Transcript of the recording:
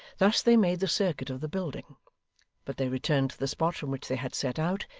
thus they made the circuit of the building but they returned to the spot from which they had set out,